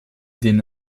den